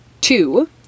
Two